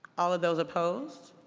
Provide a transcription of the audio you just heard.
all of those opposed?